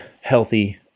healthy